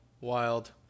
Wild